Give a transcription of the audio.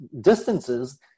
distances